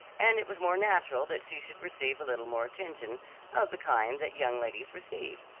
and it was more natural that she should receive a little more attention of the kind that young ladies receive.